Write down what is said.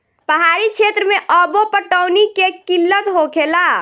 पहाड़ी क्षेत्र मे अब्बो पटौनी के किल्लत होखेला